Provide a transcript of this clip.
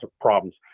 problems